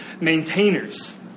maintainers